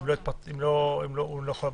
לא חלה.